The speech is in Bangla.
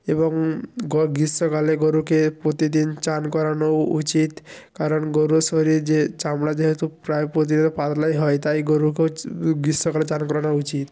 এবং গ্রীষ্মকালে গরুকে প্রতিদিন চান করানো উচিত কারণ গরুর শরীর যে চামড়া যেহেতু প্রায় প্রতিদিন পাতলাই হয় তাই গরু গ্রীষ্মকালে চান করানো উচিত